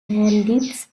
bandits